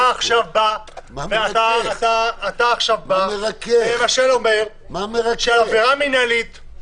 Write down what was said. אתה עכשיו בא ואומר שעבירה מינהלית,